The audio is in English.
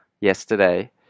yesterday